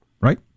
right